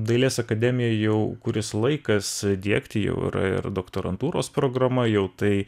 dailės akademija jau kuris laikas diegti jau yra ir doktorantūros programa jau tai